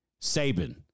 Saban